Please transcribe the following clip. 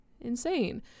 insane